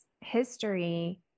history